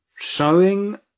showing